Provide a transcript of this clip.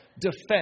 defense